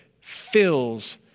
fills